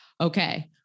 Okay